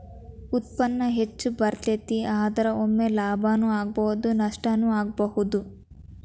ಉತ್ಪನ್ನಾ ಹೆಚ್ಚ ಬರತತಿ, ಆದರ ಒಮ್ಮೆ ಲಾಭಾನು ಆಗ್ಬಹುದು ನಷ್ಟಾನು ಆಗ್ಬಹುದು